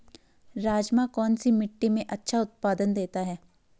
राजमा कौन सी मिट्टी में अच्छा उत्पादन देता है?